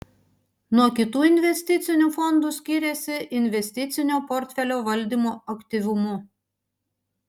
nuo kitų investicinių fondų skiriasi investicinio portfelio valdymo aktyvumu